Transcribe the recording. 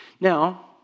Now